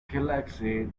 galaxy